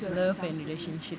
love and relationship